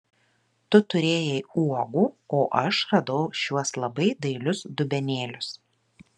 tu turėjai uogų o aš radau šiuos labai dailius dubenėlius